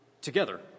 together